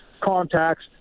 contacts